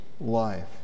life